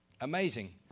Amazing